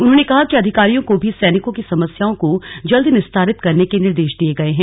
उन्होंने कहा कि अधिकारियों को भी सैनिकों की समस्याओं को जल्द निस्तारित करने के निर्देश दिए गए हैं